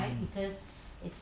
mm